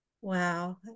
Wow